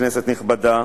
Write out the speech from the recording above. כנסת נכבדה,